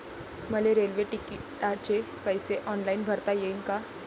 मले रेल्वे तिकिटाचे पैसे ऑनलाईन भरता येईन का?